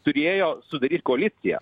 turėjo sudaryt koaliciją